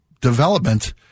development